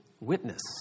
Witness